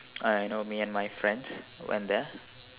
uh you know me and my friends went there